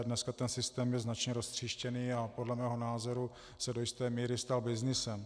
Dnes ten systém je značně roztříštěný a podle mého názoru se do jisté míry stal byznysem.